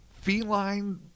Feline